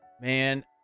man